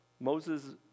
Moses